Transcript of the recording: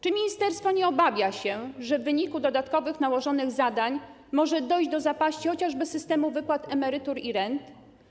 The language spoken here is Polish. Czy ministerstwo nie obawia się, że w wyniku dodatkowych nałożonych zadań może dojść do zapaści chociażby systemu wypłat emerytur i rent?